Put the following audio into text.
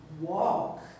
walk